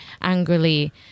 angrily